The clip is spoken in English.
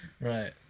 right